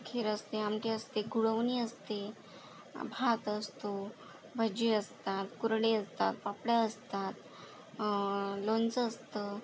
खीर असते आमटी असते गुळवणी असते भात असतो भजी असतात कुरडया असतात पापड्या असतात लोणचंं असतं